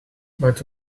but